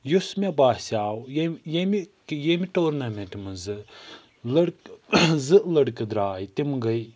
یُس مےٚ باسیو ییٚمہِ ییٚمہِ ییٚمہِ ٹورنَمٮ۪نٛٹ منٛزٕ لڑکہٕ زٕ لڑکہٕ درٛاے تِم گٔے